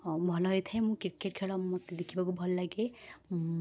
ଭଲ ହେଇଥାଏ ମୁଁ କ୍ରିକେଟ୍ ଖେଳ ମୋତେ ଦେଖିବାକୁ ଭଲଲାଗେ